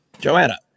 Joanna